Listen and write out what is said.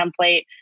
template